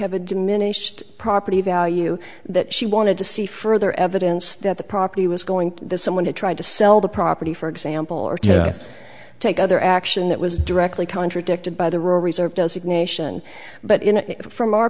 have a diminished property value that she wanted to see further evidence that the property was going to someone to try to sell the property for example or to take other action that was directly contradicted by the rural reserve does ignition but